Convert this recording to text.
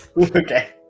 Okay